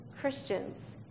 Christians